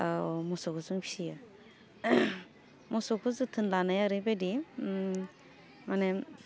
ओव मोसौखौ जों फियो मोसौखौ जोथोन लानाया ओरैबायदि ओम माने